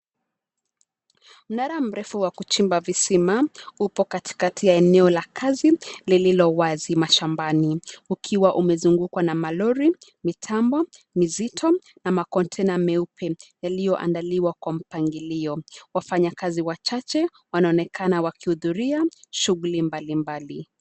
Mnara mrefu wa kuchimba visima upo katikati ya eneo la kazi lililo wazi mashambani. Ukiwa umezungukwa na maroli, mitambo mizito na makontena meupe yaliyoandaliwa kwa mpangilio. Wafanyakazi wachache wanaonekana wakihudhuria shuguli mbalimbali.